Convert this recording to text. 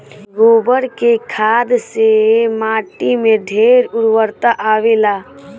गोबर के खाद से माटी में ढेर उर्वरता आवेला